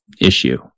issue